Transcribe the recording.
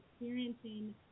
experiencing